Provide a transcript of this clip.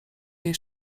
jej